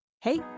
Hey